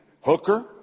Hooker